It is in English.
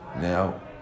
Now